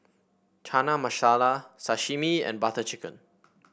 Chana Masala Sashimi and Butter Chicken